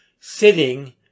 sitting